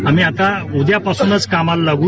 आम्ही आता उद्यापासूनच कामाला लागू